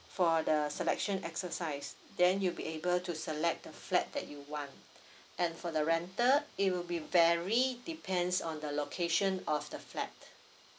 for the selection exercise then you'll be able to select the flat that you want and for the rental it will be vary depends on the location of the flat